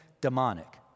demonic